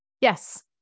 Yes